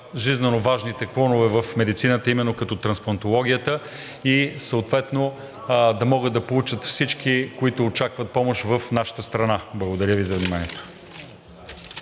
жизненоважните клонове в медицината, именно като трансплантологията, и съответно да могат да получат всички, които очакват помощ в нашата страна. Благодаря Ви за вниманието.